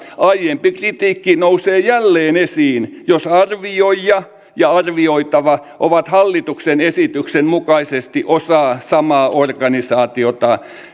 aiempi kritiikki nousee jälleen esiin jos arvioija ja arvioitava ovat hallituksen esityksen mukaisesti osa samaa organisaatiota